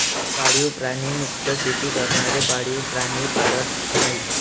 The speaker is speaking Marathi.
पाळीव प्राणी मुक्त शेती करणारे पाळीव प्राणी पाळत नाहीत